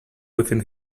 within